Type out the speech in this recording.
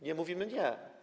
Nie mówimy „nie”